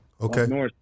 Okay